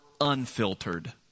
unfiltered